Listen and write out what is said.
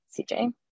cj